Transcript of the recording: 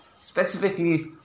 specifically